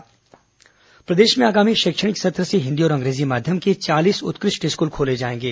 उत्कृष्ट विद्यालय प्रदेश में आगामी शैक्षणिक सत्र से हिन्दी और अंग्रेजी माध्यम के चालीस उत्कृष्ट स्कृल खोले जाएंगे